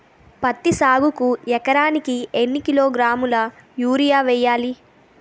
పత్తి సాగుకు ఎకరానికి ఎన్నికిలోగ్రాములా యూరియా వెయ్యాలి?